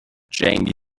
jamie